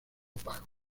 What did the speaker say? pago